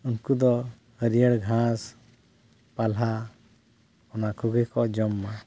ᱩᱱᱠᱩ ᱫᱚ ᱦᱟᱹᱨᱭᱟᱹᱲ ᱜᱷᱟᱸᱥ ᱯᱟᱞᱦᱟ ᱚᱱᱟ ᱠᱚᱜᱮ ᱠᱚ ᱡᱚᱢᱟ